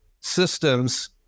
systems